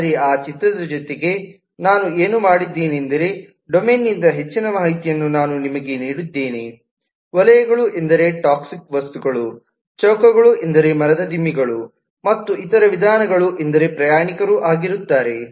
ಆದರೆ ಆ ಚಿತ್ರದ ಜೊತೆಗೆ ನಾನು ಏನು ಮಾಡಿದ್ದೇನೆಂದರೆ ಡೊಮೇನ್ನಿಂದ ಹೆಚ್ಚಿನ ಮಾಹಿತಿಯನ್ನು ನಾನು ನಿಮಗೆ ನೀಡಿದ್ದೇನೆ ವಲಯಗಳು ಎಂದರೆ ಟಾಕ್ಸಿಕ್ಸ್ ವಸ್ತುಗಳು ಚೌಕಗಳು ಎಂದರೆ ಮರದ ದಿಮ್ಮಿಗಳು ಮತ್ತು ಇತರ ವಿಧಾನಗಳು ಎಂದರೆ ಪ್ರಯಾಣಿಕರು ಆಗಿರುತ್ತಾರೆ